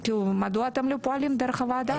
מדוע אתם לא פועלים דרך הוועדה הזאת?